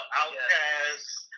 outcasts